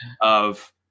of-